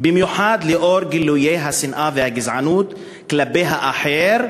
במיוחד לאור גילויי השנאה והגזענות כלפי האחר,